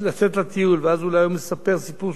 ואז אולי הוא מספר סיפור שהוא לא אמיתי למה,